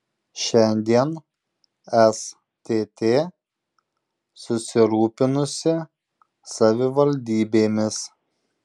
šiandien stt susirūpinusi savivaldybėmis